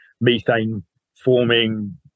methane-forming